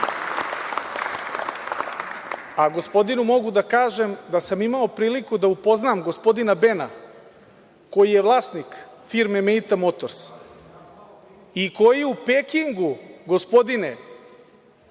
Gospodinu mogu da kažem da sam imao priliku da upoznam gospodina Bena koji je vlasnik firme „Mita motors“ i koji u Pekingu, gospodine,